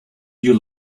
you